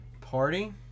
party